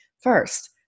First